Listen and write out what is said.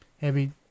heavy